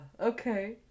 okay